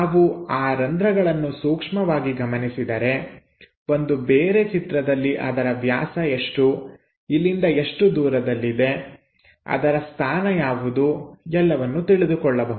ನಾವು ಆ ರಂಧ್ರಗಳನ್ನು ಸೂಕ್ಷ್ಮವಾಗಿ ಗಮನಿಸಿದರೆ ಒಂದು ಬೇರೆ ಚಿತ್ರದಲ್ಲಿ ಅದರ ವ್ಯಾಸ ಎಷ್ಟು ಇಲ್ಲಿಂದ ಎಷ್ಟು ದೂರದಲ್ಲಿವೆ ಅದರ ಸ್ಥಾನ ಯಾವುದು ಎಲ್ಲವನ್ನು ತಿಳಿದುಕೊಳ್ಳಬಹುದು